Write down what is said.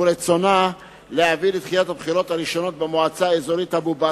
רצונה להביא לדחיית הבחירות הראשונות במועצה האזורית אבו-בסמה,